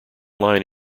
line